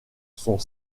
sont